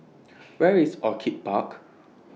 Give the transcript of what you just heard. Where IS Orchid Park